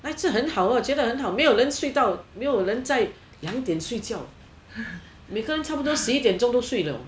那次很好觉得很好没有人睡到没有人在两点睡觉每个人差不多在十一点钟睡了